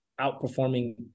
outperforming